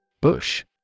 Bush